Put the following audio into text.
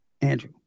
Andrew